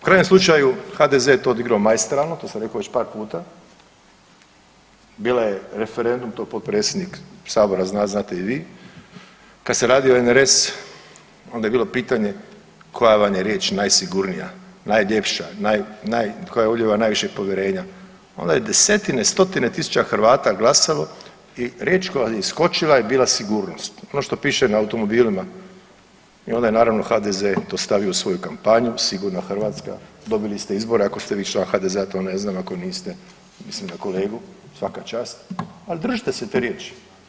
U krajnjem slučaju HDZ je to odigrao maestralno, to sam rekao već par puta, bilo je referendum, to potpredsjednik sabora zna, znate i vi, kad se radio NRS onda je bilo pitanje koja vam je riječ najsigurnija, najljepša, naj, naj, koja ulijeva najviše povjerenja, onda je desetine, stotine tisuća Hrvata glasalo i riječ koja je iskočila je bila sigurnost, ono što piše na automobilima i onda je naravno HDZ to stavio u svoju kampanju „Sigurna Hrvatska“, dobili ste izbore, ako ste vi član HDZ-a to ne znam, ako niste, mislim na kolegu, svaka čast, al držite se te riječi.